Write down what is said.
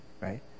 right